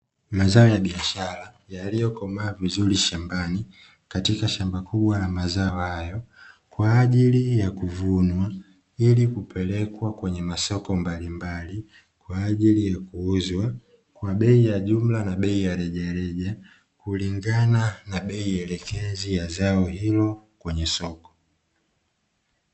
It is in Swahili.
Mazao ya biashara yaliyokomaa vizuri shambani katika shamba kubwa la mazao hayo, kwa ajili ya kuvunwa ili kupelekwa kwenye masoko mbalimbali kwa ajili ya kuuzwa kwa bei ya jumla na bei ya rejareja kulingana na bei elekezi ya zao hilo kwenye soko.